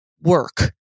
work